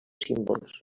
símbols